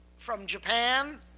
from japan,